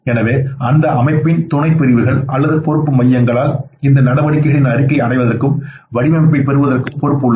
எனவே அமைப்பின் துணைப் பிரிவுகள் அல்லது பொறுப்பு மையங்களால் இந்த நடவடிக்கைகளின் அறிக்கைகளை அடைவதற்கும் வடிவமைப்பதற்கும் பொறுப்பு உள்ளது